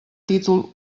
títol